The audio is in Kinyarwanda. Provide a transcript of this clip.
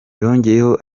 yongeyeho